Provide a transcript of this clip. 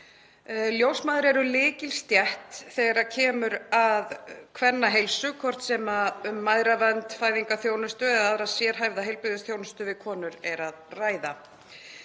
Ljósmæður eru lykilstétt þegar kemur að kvennaheilsu, hvort sem um mæðravernd, fæðingarþjónustu eða aðra sérhæfða heilbrigðisþjónustu við konur er að ræða.